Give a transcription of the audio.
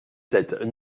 sept